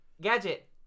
Gadget